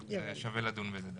שווה לדון בזה דווקא.